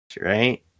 right